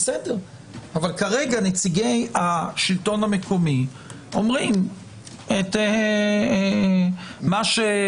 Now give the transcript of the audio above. אבל כרגע נציגי השלטון המקומי אומרים את דבריהם,